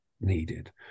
needed